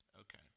Okay